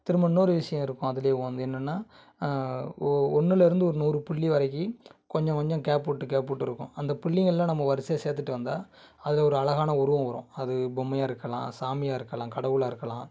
திரும்ப இன்னொரு விஷயம் இருக்கும் அதிலயே வந்து என்னென்னா ஒ ஒன்னில் இருந்து ஒரு நூறு புள்ளி வரைக்கு கொஞ்சம் கொஞ்சம் கேப் விட்டு கேப் விட்டு இருக்கும் அந்த புள்ளிகள்லாம் நம்ம வரிசையாக சேர்த்துட்டு வந்தால் அது ஒரு அழகான உருவம் வரும் அது பொம்மையாக இருக்கலாம் சாமியாக இருக்கலாம் கடவுளாக இருக்கலாம்